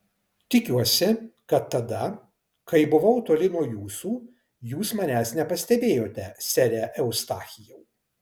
tikiuosi kad tada kai buvau toli nuo jūsų jūs manęs nepastebėjote sere eustachijau